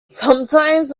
sometimes